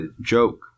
joke